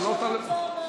ולא רוצים להשתיק